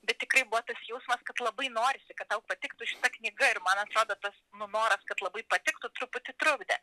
bet tikrai buvo tas jausmas kad labai norisi kad tau patiktų šita knyga ir man atrodo tas nu noras kad labai patiktų truputį trukdė